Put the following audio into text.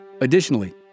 Additionally